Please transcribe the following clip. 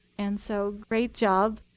and so great job